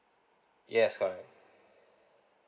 yes correct